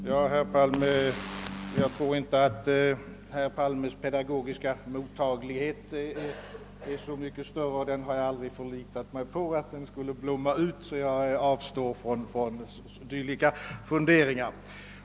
Herr talman! Jag tror inte att herr Palmes mottaglighet för funderingar i pedagogiskt syfte är så mycket större än min, och jag har aldrig förlitat mig på att den skulle blomma ut. Jag avstår därför från dylika funderingar.